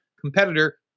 competitor